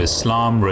Islam